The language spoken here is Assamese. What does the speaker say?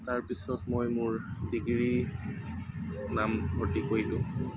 তাৰপিছত মই মোৰ ডিগ্ৰী নামভৰ্তি কৰিলোঁ